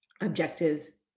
objectives